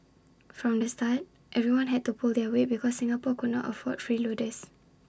from the start everyone had to pull their weight because Singapore could not afford freeloaders